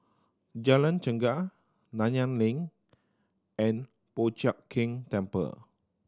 Jalan Chegar Nanyang Link and Po Chiak Keng Temple